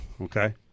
Okay